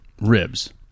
ribs